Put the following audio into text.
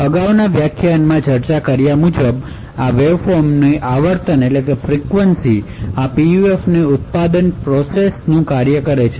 અગાઉના વ્યાખ્યાનમાં ચર્ચા કર્યા મુજબ આ વેવફોર્મની આવર્તન આ PUFની આ ઉત્પાદન પ્રોસેસ પર આધારિત છે